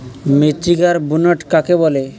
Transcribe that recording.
মৃত্তিকার বুনট কাকে বলে?